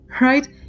right